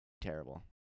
terrible